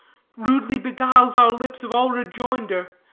rudely beguiles our lips of all rejoindure,